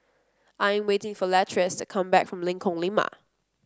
I am waiting for Latrice to come back from Lengkong Lima